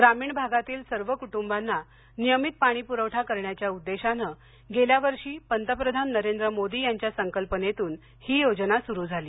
ग्रामीण भागातील सर्व कुटुंबांना नियमित पाणी पुरवठा करण्याच्या उद्देशान गेल्या वर्षी पंतप्रधान नरेंद्र मोदी यांच्या संकल्पनेतून ही योजना सुरु झाली